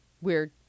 weird